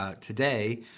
Today